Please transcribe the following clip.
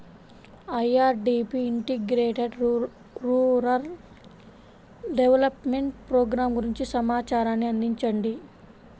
IRDP integrated rural development programme గురించి సమాచారాన్ని అందించండి?